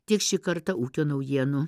tiek šį kartą ūkio naujienų